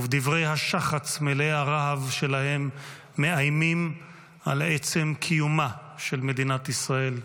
ובדברי השחץ מלאי הרהב שלהם מאיימים על עצם קיומה של מדינת ישראל,